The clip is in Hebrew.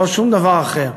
לא שום דבר אחר.